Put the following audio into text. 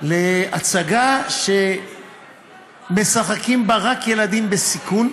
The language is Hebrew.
להצגה שמשחקים בה רק ילדים בסיכון.